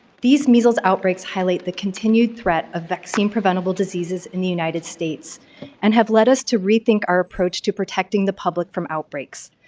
these measles outbreaks highlight the continued threat of vaccine preventable diseases in the united states and have led us to rethink our approach to protecting the public from outbreaks.